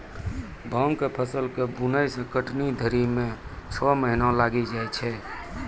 भाँग के फसल के बुनै से कटनी धरी मे छौ महीना लगी जाय छै